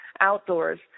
outdoors